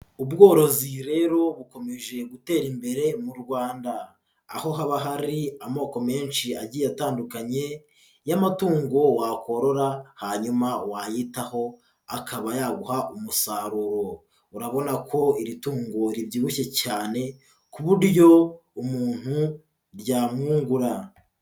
Ubworozi rero bukomeje gutera imbere mu Rwanda, aho haba hari amoko menshi agiye atandukanye y'amatungo wakorora hanyuma wayitaho akaba yaguha umusaruro, urabona ko iri tungo ribyibushye cyane ku buryo umuntu ryamwungura.